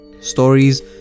Stories